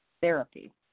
therapy